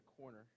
corner